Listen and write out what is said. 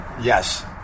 Yes